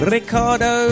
Ricardo